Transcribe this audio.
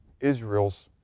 Israel's